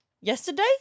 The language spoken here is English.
yesterday